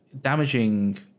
damaging